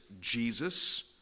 Jesus